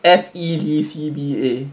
F E D C B A